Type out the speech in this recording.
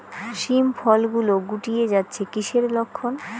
শিম ফল গুলো গুটিয়ে যাচ্ছে কিসের লক্ষন?